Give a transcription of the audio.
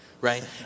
right